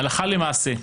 הלכה למעשה,